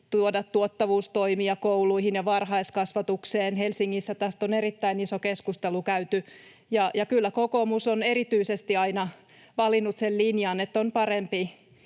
tuoda tuottavuustoimia kouluihin ja varhaiskasvatukseen. Helsingissä tästä on erittäin iso keskustelu käyty, ja kyllä erityisesti kokoomus on aina valinnut sen linjan, että on parempi